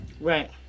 right